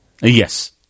yes